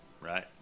right